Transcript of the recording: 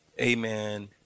Amen